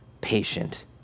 patient